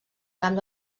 camp